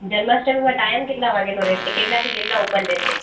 જન્માષ્ટમીમાં time કેટલા વાગ્યાનો રહેશે કેટલાથી કેટલા ઓપન રહેશે